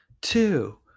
two